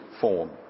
form